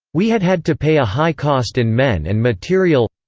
we had had to pay a high cost in men and material.